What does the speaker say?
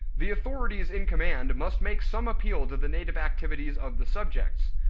the authorities in command must make some appeal to the native activities of the subjects,